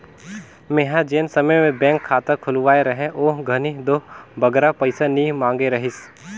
मेंहा जेन समे में बेंक खाता खोलवाए रहें ओ घनी दो बगरा पइसा नी मांगे रहिस